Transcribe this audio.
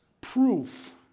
proof